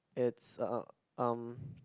it's a um